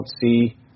see